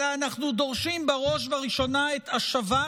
אלא אנחנו דורשים בראש ובראשונה את השבת